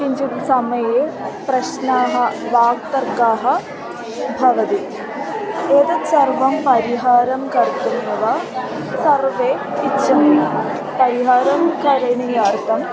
किञ्चित् समये प्रश्नाः वाक्तर्काः भवति एतत् सर्वं परिहारं कर्तुमेव सर्वे इच्छन्ति परिहारं करणीयार्थम्